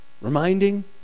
reminding